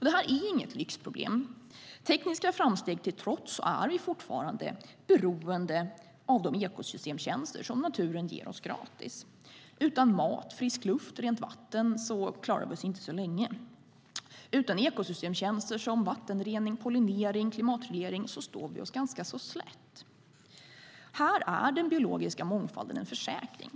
Detta är inget lyxproblem. Tekniska framsteg till trots är vi fortfarande beroende av de ekosystemstjänster naturen ger oss gratis. Utan mat, frisk luft och rent vatten klarar vi oss inte så länge. Utan ekosystemstjänster som vattenrening, pollinering och klimatreglering står vi oss ganska slätt. Här är den biologiska mångfalden en försäkring.